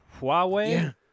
Huawei